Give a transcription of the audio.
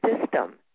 system